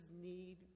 need